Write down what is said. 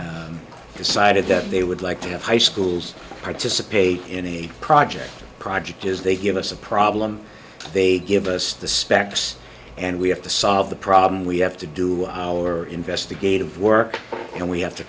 be decided that they would like to have high schools participate in a project project as they give us a problem they give us the specs and we have to solve the problem we have to do our investigative work and we have to